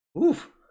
Oof